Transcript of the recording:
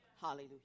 Hallelujah